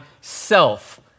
self